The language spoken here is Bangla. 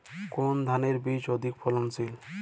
কোন ধানের বীজ অধিক ফলনশীল?